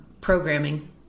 Programming